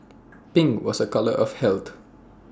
pink was A colour of health